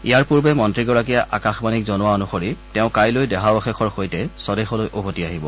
ইয়াৰ পূৰ্বে মন্ত্ৰীগৰাকীয়ে আকাশবাণীক জনোৱা অনুসৰি তেওঁ কাইলৈ দেহাবশেষৰ সৈতে স্বদেশলৈ উভতি আহিব